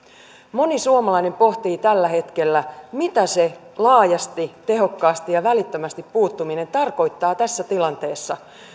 moni suomalainen pohtii tällä hetkellä mitä se laajasti tehokkaasti ja välittömästi puuttuminen tarkoittaa tässä tilanteessa